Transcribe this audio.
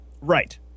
right